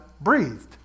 breathed